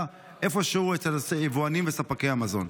איפשהו אצל היבואנים וספקי המזון.